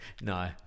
No